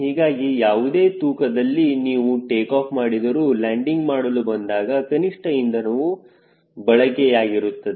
ಹೀಗಾಗಿ ಯಾವುದೇ ತೂಕದಲ್ಲಿ ನೀವು ಟೇಕಾಫ್ ಮಾಡಿದರೂ ಲ್ಯಾಂಡಿಂಗ್ ಮಾಡಲು ಬಂದಾಗ ಕನಿಷ್ಠ ಇಂಧನವು ಬಯಕೆಯಾಗಿರುತ್ತದೆ